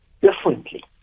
differently